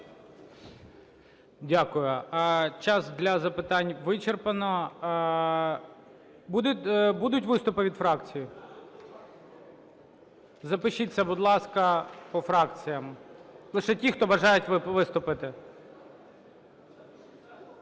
Дякую. Час для запитань вичерпано. Будуть виступи від фракцій? Запишіться, будь ласка, по фракціям. Лише ті, хто бажають виступити.